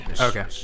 Okay